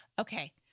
okay